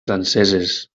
franceses